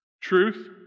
Truth